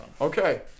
Okay